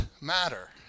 matter